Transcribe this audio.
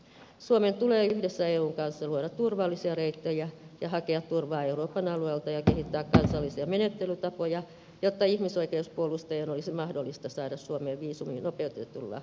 suomen tulee yhdessä eun kanssa luoda turvallisia reittejä hakea turvaa euroopan alueelta ja kehittää kansallisia menettelytapoja jotta ihmisoikeuspuolustajien olisi mahdollista saada suomeen viisumi nopeutetulla menettelyllä